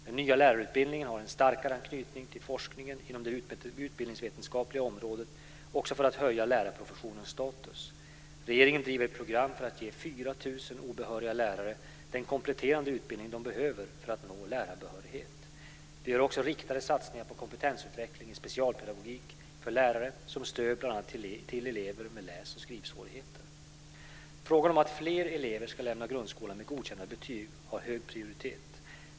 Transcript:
Den nya lärarutbildningen har en starkare knytning till forskningen inom det utbildningsvetenskapliga området för att höja lärarprofessionens status. Regeringen driver ett program för att ge 4 000 obehöriga lärare den kompletterade utbildning de behöver för att nå lärarbehörighet. Vi gör också riktade satsningar på kompetensutveckling i specialpedagogik för lärare som stöd bl.a. till elever med läs och skrivsvårigheter. Frågan om att fler elever ska lämna grundskolan med godkända betyg har hög prioritet.